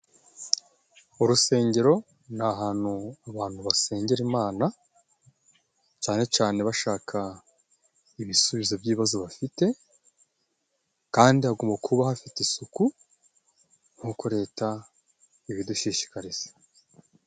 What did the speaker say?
Urusengero, ni ahantu abantu basengera Imana cane cane bashaka ibisubizo by'ibibazo bafite kandi hagomba kuba hafite isuku, nk'uko leta ibidushishikariza.